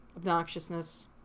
obnoxiousness